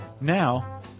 now